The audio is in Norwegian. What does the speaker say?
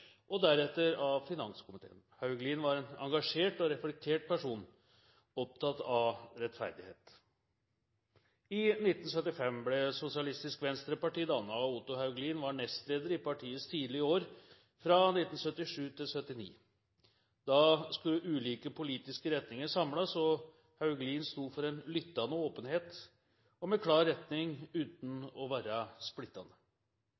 og deretter av finanskomiteen. Hauglin var en engasjert og reflektert person, opptatt av rettferdighet. I 1975 ble Sosialistisk Venstreparti dannet, og Otto Hauglin var nestleder i partiets tidlige år, fra 1977 til 1979. Da skulle ulike politiske retninger samles, og Hauglin sto for en lyttende åpenhet og med klar retning, uten å være splittende.